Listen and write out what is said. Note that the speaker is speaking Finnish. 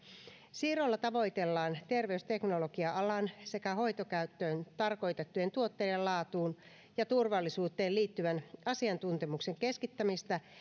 siirrolla tavoitellaan terveysteknologia alan sekä hoitokäyttöön tarkoitettujen tuotteiden laatuun ja turvallisuuteen liittyvän asiantuntemuksen keskittämistä